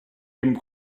dem